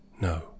No